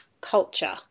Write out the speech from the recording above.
culture